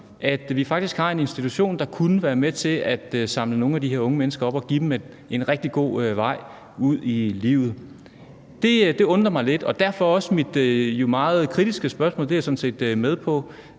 at vi faktisk har en institution, der kunne være med til at samle nogle af de her unge mennesker op og give dem en rigtig god vej ud i livet. Det undrer mig lidt, og derfor kommer jo også mit meget kritiske spørgsmål, som jeg sådan set er med på